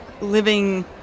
living